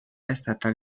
estatal